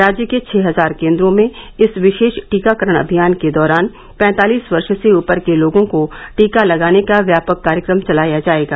राज्य के छह हजार केन्द्रों में इस विशेष टीकाकरण अभियान के दौरान पैंतालीस वर्ष से ऊपर के लोगों को टीका लगाने का व्यापक कार्यक्रम चलाया जायेगा